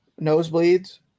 Nosebleeds